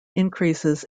increases